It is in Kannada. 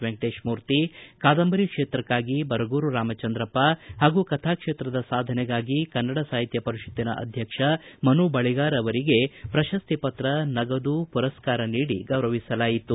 ವೆಂಕಟೇಶಮೂರ್ತಿ ಕಾದಂಬರಿ ಕ್ಷೇತ್ರಕ್ಕಾಗಿ ಬರಗೂರು ರಾಮಚಂದ್ರಪ್ಪ ಹಾಗೂ ಕಥಾ ಕ್ಷೇತ್ರದ ಸಾಧನೆಗಾಗಿ ಕನ್ನಡ ಸಾಹಿತ್ಯ ಪರಿಷತ್ತಿನ ಅಧ್ಯಕ್ಷ ಮನು ಬಳಿಗಾರ ಅವರಿಗೆ ಪ್ರಶಸ್ತಿ ಪತ್ರ ನಗದು ಪುರಸ್ಕಾರ ನೀಡಿ ಗೌರವಿಸಲಾಯಿತು